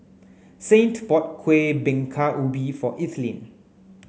Saint bought Kueh Bingka Ubi for Ethelene